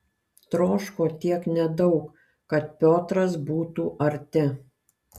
troško tiek nedaug kad piotras būtų arti